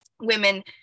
women